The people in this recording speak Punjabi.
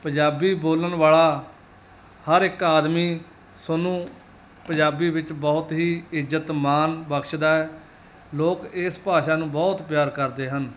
ਪੰਜਾਬੀ ਬੋਲਣ ਵਾਲਾ ਹਰ ਇੱਕ ਆਦਮੀ ਤੁਹਾਨੂੰ ਪੰਜਾਬੀ ਵਿੱਚ ਬਹੁਤ ਹੀ ਇੱਜਤ ਮਾਣ ਬਖਸ਼ਦਾ ਹੈ ਲੋਕ ਇਸ ਭਾਸ਼ਾ ਨੂੰ ਬਹੁਤ ਪਿਆਰ ਕਰਦੇ ਹਨ